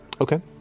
Okay